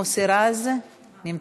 מוסי רז נמצא?